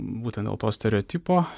būtent dėl to stereotipo